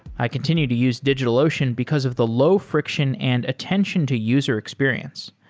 i continue to use digitalocean because of the low friction and attention to user experience.